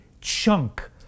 chunk